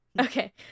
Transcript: Okay